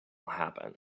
happen